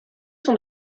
sont